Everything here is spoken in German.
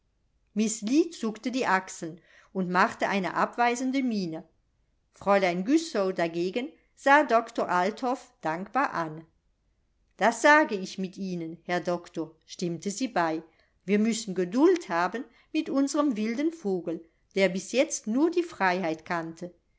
zuckte die achseln und machte eine abweisende miene fräulein güssow dagegen sah doktor althoff dankbar an das sage ich mit ihnen herr doktor stimmte sie bei wir müssen geduld haben mit unsrem wilden vogel der bis jetzt nur die freiheit kannte